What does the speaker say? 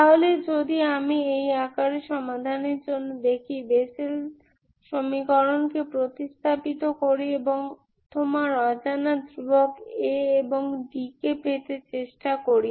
তাহলে যদি আমি এই আকারে সমাধানের জন্য দেখি বেসেল সমীকরণকে প্রতিস্থাপিত করি এবং তোমার অজানা ধ্রুবক A এবং dk পেতে চেষ্টা করি